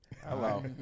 Hello